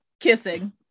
Kissing